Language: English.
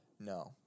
No